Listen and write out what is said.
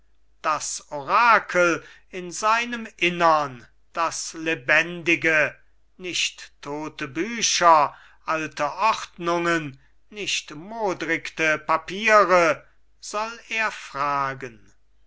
das orakel in seinem innern das lebendige nicht tote bücher alte ordnungen nicht modrigte papiere soll er fragen